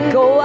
go